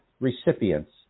recipients